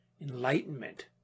enlightenment